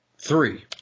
Three